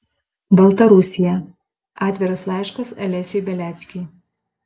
baltarusija atviras laiškas alesiui beliackiui